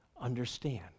understand